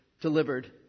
delivered